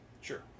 Sure